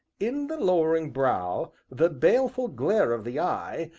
in the lowering brow, the baleful glare of the eye,